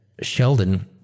Sheldon